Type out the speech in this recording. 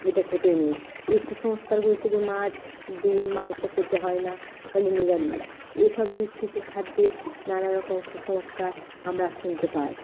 এটা খেতে নেই এই কুসংস্কারগুলো সেদিন মাছ ডিম মাংস খেতে হয় না ফলে নিরামিষ এইসব দিক থেকে খাদ্যের নানা রকম কুসংস্কার আমরা শুনতে পাই